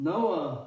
Noah